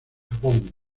japón